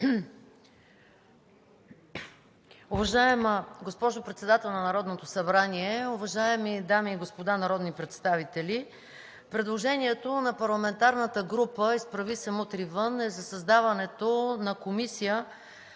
Уважаема госпожо Председател на Народното събрание, уважаеми дами и господа народни представители! Предложението на парламентарната група „Изправи се! Мутри вън!“ е за създаването на Комисия